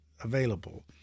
available